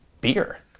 beer